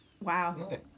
Wow